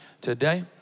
today